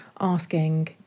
asking